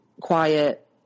quiet